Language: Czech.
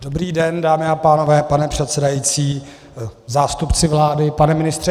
Dobrý den, dámy a pánové, pane předsedající, zástupci vlády, pane ministře.